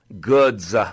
goods